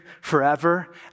forever